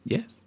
Yes